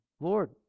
Lord